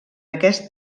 aquest